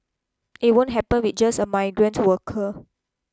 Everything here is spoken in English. it won't happen with just a migrant worker